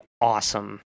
awesome